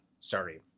Sorry